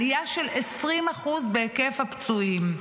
עלייה של 20% בהיקף הפצועים,